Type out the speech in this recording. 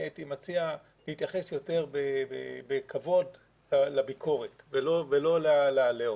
הייתי מציע להתייחס יותר בכבוד לביקורת ולא לעליהום.